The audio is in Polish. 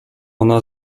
ona